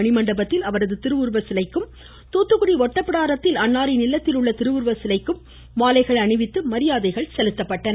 மணிமண்டபத்தில் அவரது திருவுருவ சிலைக்கும் தூத்துக்குடி ஒட்டப்பிடாரத்தில் அன்னாரின் இல்லத்தில் உள்ள திருவுருவச் சிலைக்கு மாலை அணிவித்து மரியாதை செலுத்தப்பட்டது